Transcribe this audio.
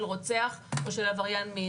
של רוצח או של עבריין מין?